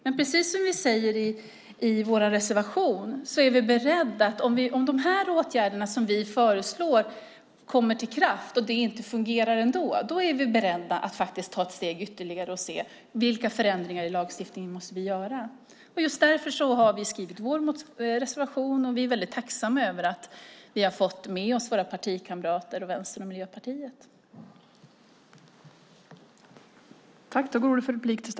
Men precis som vi säger i vår reservation är vi beredda att, om de här åtgärderna som vi föreslår träder i kraft och det ändå inte fungerar, ta ett steg ytterligare och se efter vilka förändringar i lagstiftningen som vi måste göra. Just därför har vi skrivit vår reservation, och vi är väldigt tacksamma över att vi har fått med oss våra partikamrater och Vänstern och Miljöpartiet.